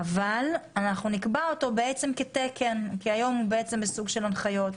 אנחנו נקבע אותו כתקן כי היום הוא כסוג של הנחיות.